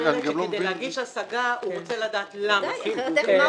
היא אומרת שכדי להגיש השגה הוא רוצה לדעת למה סיווגו אותו.